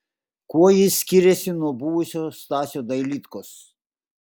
kuo jis skiriasi nuo buvusio stasio dailydkos